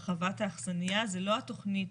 הרחבת האכסניה, זו לא התכנית